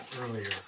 earlier